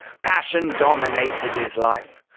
passion dominated his life,